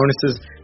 bonuses